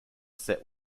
set